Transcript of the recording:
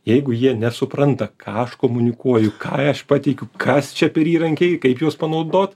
jeigu jie nesupranta ką aš komunikuoju ką aš pateikiu kas čia per įrankiai kaip juos panaudot